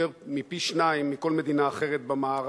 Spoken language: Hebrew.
יותר מפי-שניים מבכל מדינה אחרת במערב.